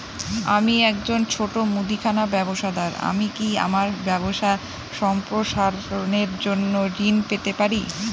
আমি একজন ছোট মুদিখানা ব্যবসাদার আমি কি আমার ব্যবসা সম্প্রসারণের জন্য ঋণ পেতে পারি?